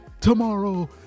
tomorrow